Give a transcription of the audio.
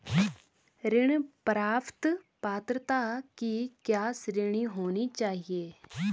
ऋण प्राप्त पात्रता की क्या श्रेणी होनी चाहिए?